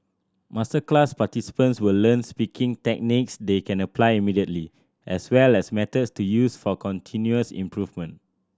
masterclass participants will learn speaking techniques they can apply immediately as well as methods to use for continuous improvement